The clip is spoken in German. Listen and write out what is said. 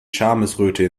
schamesröte